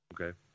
okay